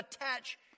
attach